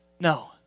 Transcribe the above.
No